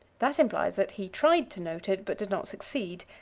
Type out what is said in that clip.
that implies that he tried to note it, but did not succeed.